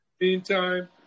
Meantime